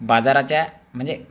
बाजाराच्या म्हणजे